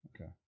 Okay